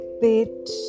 bit